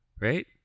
right